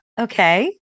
Okay